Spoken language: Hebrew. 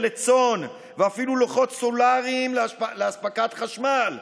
לצאן ואפילו לוחות סולריים לאספקת חשמל.